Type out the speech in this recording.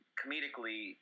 comedically